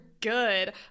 good